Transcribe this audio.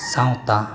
ᱥᱟᱶᱛᱟ